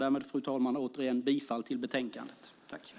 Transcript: Därmed, fru talman, vill jag återigen yrka bifall till förslaget i betänkandet.